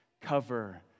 cover